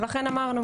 ולכן אמרנו.